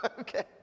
Okay